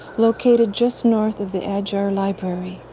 located just north of the adyar library.